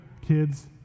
kids